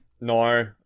No